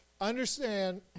understand